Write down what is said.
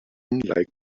like